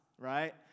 right